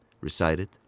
recited